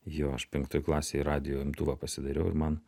jo aš penktoj klasėj radijo imtuvą pasidariau ir man